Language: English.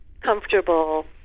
comfortable